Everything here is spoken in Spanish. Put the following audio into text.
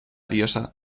diosa